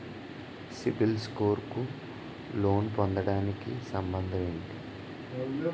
CIBIL score కు loan పొందటానికి సంబంధం ఏంటి?